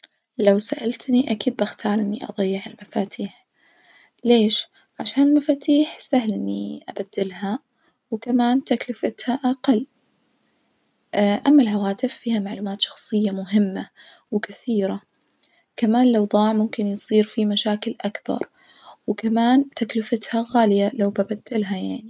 لو سألتني أكيد بختار إني أظيع المفاتيح، ليش؟ عشان المفاتيح سهل إني أبدلها وكمان تكلفتها أقل، أما الهواتف فيها معلومات شخصية مهمة وكثيرة، كمان لو ظاع ممكن يصير في مشاكل أكبر وكمان تكلفتها غالية لو ببدلها يعني.